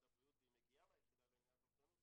הבריאות והיא מגיעה מהיחידה למניעת אובדנות,